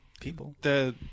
people